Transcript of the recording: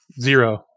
Zero